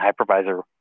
hypervisor